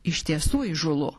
iš tiesų įžūlu